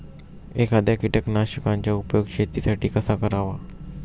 एखाद्या कीटकनाशकांचा उपयोग शेतीसाठी कसा करावा?